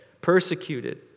Persecuted